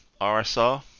RSR